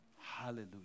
hallelujah